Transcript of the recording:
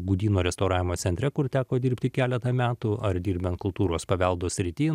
gudyno restauravimo centre kur teko dirbti keletą metų ar dirbant kultūros paveldo srity